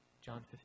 John